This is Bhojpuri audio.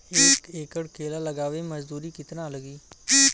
एक एकड़ में केला लगावे में मजदूरी कितना लागी?